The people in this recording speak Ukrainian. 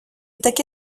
таки